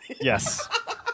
Yes